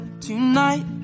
tonight